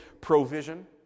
provision